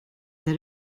that